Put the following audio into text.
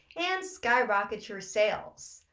and skyrocket your sales.